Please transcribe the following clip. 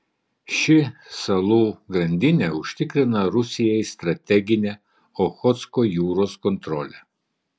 ši salų grandinė užtikrina rusijai strateginę ochotsko jūros kontrolę